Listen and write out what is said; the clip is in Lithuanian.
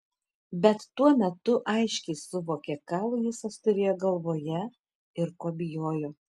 bet tuo metu aiškiai suvokė ką luisas turėjo galvoje ir ko bijojo